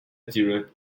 zero